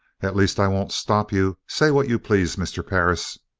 at least i won't stop you. say what you please, mr. perris.